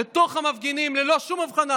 לתוך המפגינים, ללא שום הבחנה.